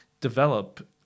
develop